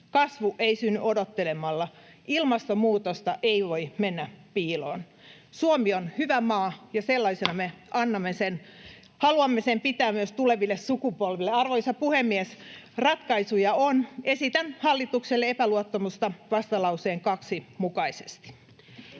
Kasvu ei synny odottelemalla. Ilmastonmuutosta ei voi mennä piiloon. Suomi on hyvä maa ja sellaisena me haluamme sen pitää myös tuleville sukupolville. Arvoisa puhemies! Ratkaisuja on. Esitän hallitukselle epäluottamusta vastalauseen 2 mukaisesti.